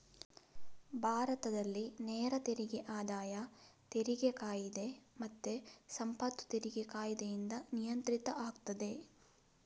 ಭಾರತದಲ್ಲಿ ನೇರ ತೆರಿಗೆ ಆದಾಯ ತೆರಿಗೆ ಕಾಯಿದೆ ಮತ್ತೆ ಸಂಪತ್ತು ತೆರಿಗೆ ಕಾಯಿದೆಯಿಂದ ನಿಯಂತ್ರಿತ ಆಗ್ತದೆ